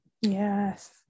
Yes